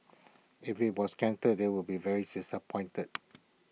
if IT was cancelled they would be very disappointed